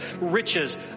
riches